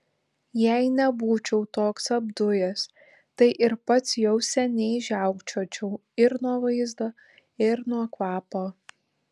jei nebūčiau toks apdujęs tai ir pats jau seniai žiaukčiočiau ir nuo vaizdo ir nuo kvapo